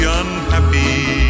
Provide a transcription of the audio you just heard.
unhappy